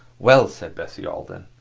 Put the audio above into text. well, said bessie alden,